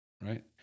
right